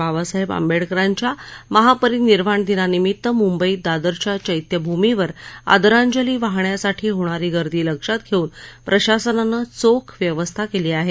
बाबासाहेब आंबेडकरांच्या महापरिनिर्वाण दिनानिमित्त मुंबईत दादरच्या चैत्यभूमीवर आदरांजली वाहण्यासाठी होणारी गर्दी लक्षात घेऊन प्रशासनाने चोख व्यवस्था केली आहे